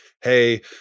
Hey